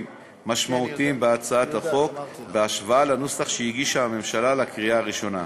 משמעותיים בהצעת החוק בהשוואה לנוסח שהגישה הממשלה לקריאה הראשונה.